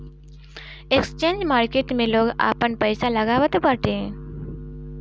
exchange market में लोग आपन पईसा लगावत बाटे